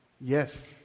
Yes